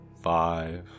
five